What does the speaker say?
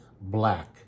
black